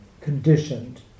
conditioned